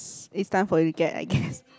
it's time for you to get I guess